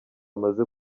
amaze